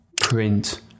print